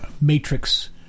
Matrix